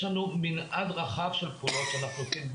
יש לנו מנעד רחב של פעולות שאנחנו עושים,